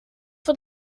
vor